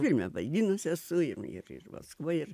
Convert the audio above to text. filme vaidinus esu ir ir ir maskvoj ir